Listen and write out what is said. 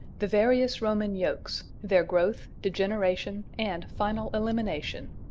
the various roman yokes their growth, degeneration, and final elimination.